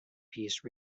piece